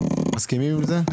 מסכימים עם זה?